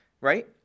right